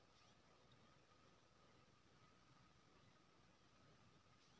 कचिया लोहा केर बनल एकटा मशीन छै जकरा सँ फसल काटल जाइ छै